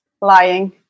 Lying